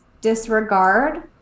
disregard